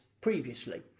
previously